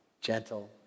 gentle